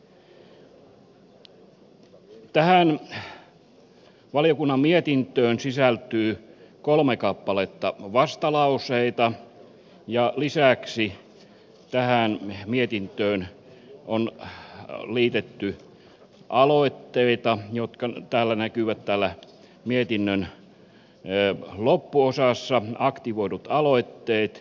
tähän valiokunnan mietintöön sisältyy kolme kappaletta vastalauseita ja lisäksi tähän mietintöön on liitetty aloitteita jotka näkyvät täällä mietinnön loppuosassa aktivoidut aloitteet